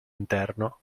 interno